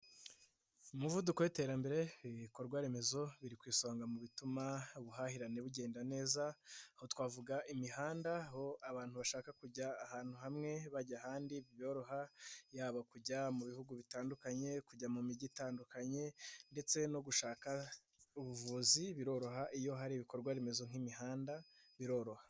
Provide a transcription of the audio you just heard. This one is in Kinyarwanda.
Umuvuduko w'iterambere ibikorwaremezo biri ku isonga mu bituma ubuhahirane bugenda neza, aho twavuga imihanda aho abantu bashaka kujya ahantu hamwe bajya ahandi byoroha, yaba kujya mu bihugu bitandukanye, kujya mu mijyi itandukanye ndetse no gushaka ubuvuzi biroroha iyo hari ibikorwa remezo nk'imihanda biroroha.